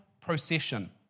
procession